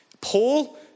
Paul